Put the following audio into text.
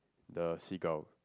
the seagull